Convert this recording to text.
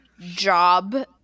job